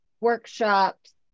workshops